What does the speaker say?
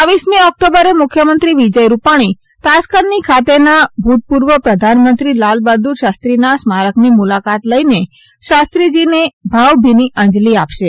બાવીસમી ઓકટોબરે મુખ્યમંત્રી વિજય રૂપાણી તાશ્કંદની ખાતેના ભૂતપૂર્વ પ્રધાનમંત્રી લાલબહાદુર શાસ્ત્રીના સ્મારકની મુલાકાત લઇને શાસ્ત્રીજીને ભાવભીની અંજલી આપશે